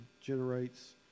generates